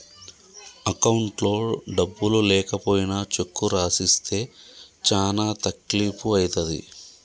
అకౌంట్లో డబ్బులు లేకపోయినా చెక్కు రాసిస్తే చానా తక్లీపు ఐతది